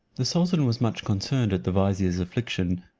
the sultan was much concerned at the vizier's affliction,